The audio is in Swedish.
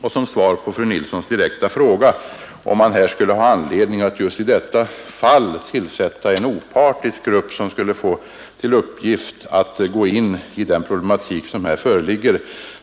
Sedan ställde fru Nilsson en direkt fråga huruvida man här kunde ha anledning att i detta fall tillsätta en opartisk grupp med uppgift att studera just den problematik som här föreligger.